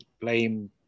blame